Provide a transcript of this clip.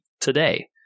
today